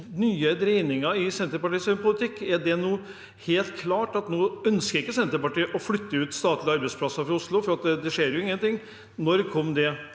nye dreiningen i Senterpartiets politikk? Er det nå helt klart at Senterpartiet ikke ønsker å flytte ut statlige arbeidsplasser fra Oslo? For det skjer jo ingenting. Når kom det?